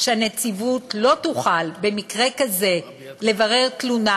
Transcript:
שהנציבות לא תוכל במקרה כזה לברר תלונה,